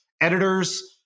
editors